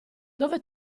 dove